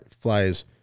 Flies